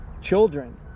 Children